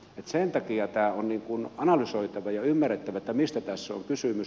sen takia tämä on analysoitava ja ymmärrettävä mistä tässä on kysymys